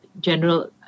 general